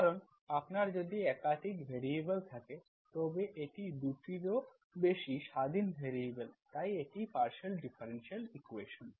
কারণ আপনার যদি একাধিক ভ্যারিয়েবল থাকে তবে এটি 2টিরও বেশি স্বাধীন ভ্যারিয়েবল তাই এটি পার্শিয়াল ডিফারেনশিয়াল ইকুয়েশন্স